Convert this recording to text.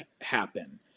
happen